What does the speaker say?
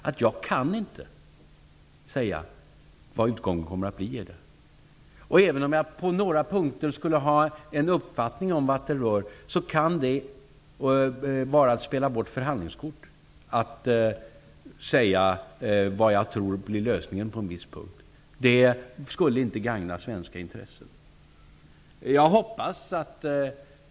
Även om jag skulle ha en uppfattning om vart det bär på några punkter, kan det vara att spela bort förhandlingskort om jag säger vad jag tror lösningen blir på en viss punkt. Det skulle inte gagna svenska intressen.